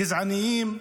גזעניים,